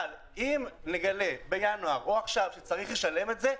אבל אם נגלה בינואר או עכשיו שצריך לשלם את זה,